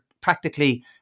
practically